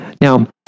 now